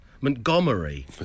Montgomery